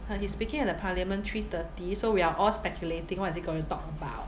uh he's speaking at the parliament three thirty so we are all speculating what is he going to talk about